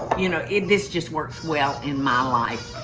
you know, it, this just works well in my life.